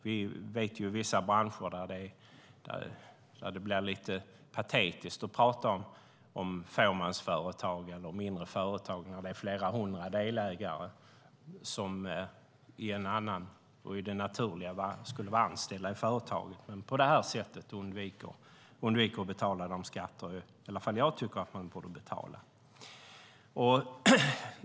Vi vet vissa branscher där det blir lite patetiskt att prata om fåmansföretag och mindre företag när det är flera hundra delägare och där det naturliga skulle vara att de är anställda i företaget. Men på det här sättet undviker de att betala de skatter som i alla fall jag tycker att de borde betala.